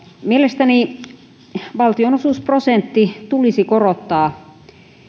mielestäni valtionosuusprosenttia tulisi korottaa